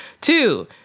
Two